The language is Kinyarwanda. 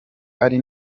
ari